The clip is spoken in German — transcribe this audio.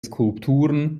skulpturen